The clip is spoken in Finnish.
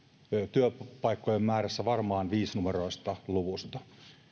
työpaikkojen määrässä varmaan viisinumeroisesta luvusta